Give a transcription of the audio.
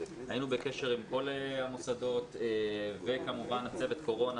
היינו בקשר עם כל המוסדות וכמובן צוות קורונה